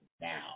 now